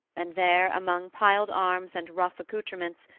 and there among piled arms and rough accoutrements,